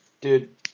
Dude